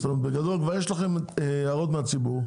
זאת אומרת, בגדול כבר יש לכם הערות מהציבור,